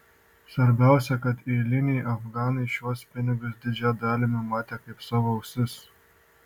svarbiausia kad eiliniai afganai šiuos pinigus didžia dalimi matė kaip savo ausis